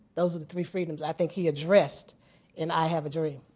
those were the three freedoms i think he addressed in i have a dream.